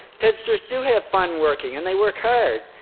tedsters do have fun working. and they work hard.